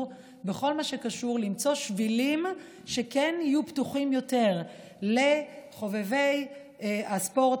בכל מה שקשור למציאת שבילים שכן יהיו פתוחים יותר לחובבי הספורט